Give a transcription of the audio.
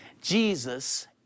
Jesus